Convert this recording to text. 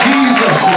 Jesus